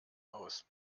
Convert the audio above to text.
aus